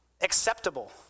acceptable